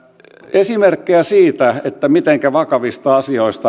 esimerkkejä siitä mitenkä vakavista asioista